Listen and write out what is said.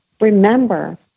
remember